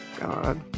God